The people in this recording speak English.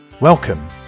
Welcome